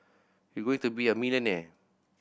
you're going to be a millionaire